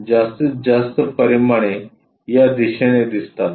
जास्तीत जास्त परिमाणे या दिशेने दिसतात